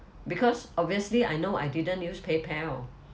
because obviously I know I didn't use paypal